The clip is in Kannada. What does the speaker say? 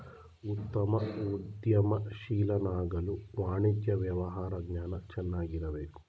ಉತ್ತಮ ಉದ್ಯಮಶೀಲನಾಗಲು ವಾಣಿಜ್ಯ ವ್ಯವಹಾರ ಜ್ಞಾನ ಚೆನ್ನಾಗಿರಬೇಕು